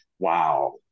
Wow